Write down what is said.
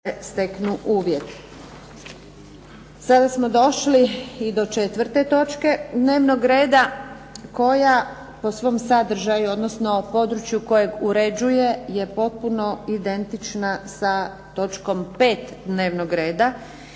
Željka (SDP)** Sada smo došli i do četvrte točke dnevnog reda koja po svom sadržaju, odnosno području kojeg uređuje je potpuno identična sa točkom pet dnevnog reda.